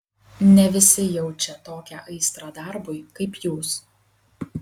ne visi jaučia tokią aistrą darbui kaip jūs